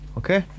okay